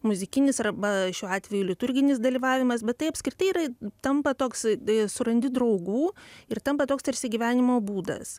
muzikinis arba šiuo atveju liturginis dalyvavimas bet tai apskritai yra tampa toks surandi draugų ir tampa toks tarsi gyvenimo būdas